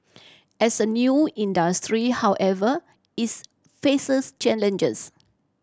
as a new industry however its faces challenges